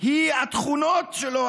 התכונות שלו,